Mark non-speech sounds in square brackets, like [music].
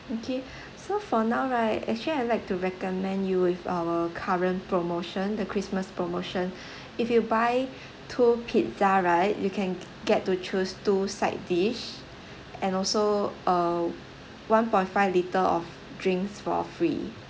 okay so for now right actually I like to recommend you with our current promotion the christmas promotion [breath] if you buy two pizza right you can get to choose two side dish and also uh one point five liter of drinks for free